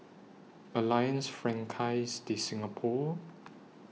Alliance Francaise De Singapour